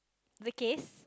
the case